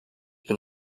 bin